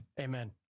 Amen